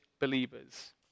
believers